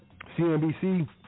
CNBC